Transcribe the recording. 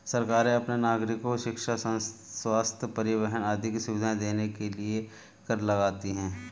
सरकारें अपने नागरिको शिक्षा, स्वस्थ्य, परिवहन आदि की सुविधाएं देने के लिए कर लगाती हैं